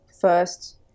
first